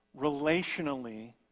relationally